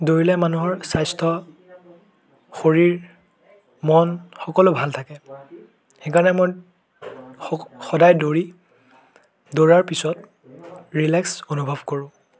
দৌৰিলে মানুহৰ স্বাস্থ্য শৰীৰ মন সকলো ভাল থাকে সেইকাৰণে মই সদায় দৌৰি দৌৰাৰ পিছত ৰীলেক্স অনুভৱ কৰোঁ